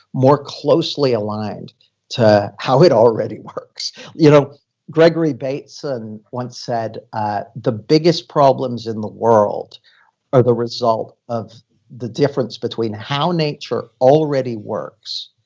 more closely aligned to how it already works you know gregory bateson once said, the biggest problems in the world are the result of the difference between how nature already works,